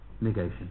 negation